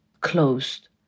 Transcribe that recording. closed